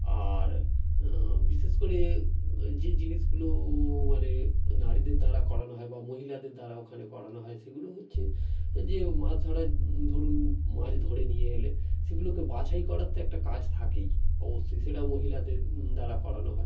আর বিশেষ করে যে জিনিসগুলো মানে নারীদের দ্বারা করানো হয় বা মহিলাদের দ্বারা ওখানে করানো হয় সেগুলো হচ্ছে যে মাছ ধরার ধরুন মাছ ধরে নিয়ে এলেন সেগুলোকে বাছাই করার তো একটা কাজ থাকেই অবশ্যই সেটা মহিলাদের দ্বারা করানো হয়